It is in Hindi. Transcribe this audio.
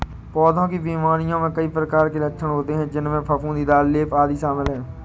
पौधों की बीमारियों में कई प्रकार के लक्षण होते हैं, जिनमें फफूंदीदार लेप, आदि शामिल हैं